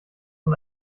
von